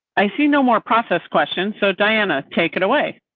i see no more process questions. so diana take it away.